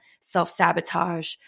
self-sabotage